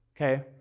okay